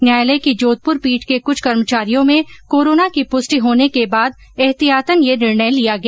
न्यायालय की जोधपुर पीठ के कृछ कर्मचारियों में कोरोना की पुष्टि होने के बाद एतिहातन यह निर्णय लिया गया